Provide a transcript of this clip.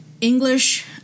english